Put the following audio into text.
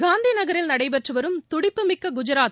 காந்தி நகரில் நடைபெற்றுவரும் துடிப்புமிக்க குஜராத்